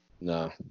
No